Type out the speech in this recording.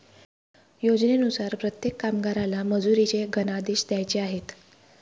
योजनेनुसार प्रत्येक कामगाराला मजुरीचे धनादेश द्यायचे आहेत